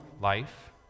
life